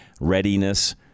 readiness